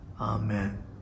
Amen